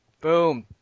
Boom